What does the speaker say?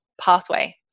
pathway